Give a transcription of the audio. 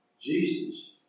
Jesus